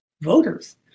voters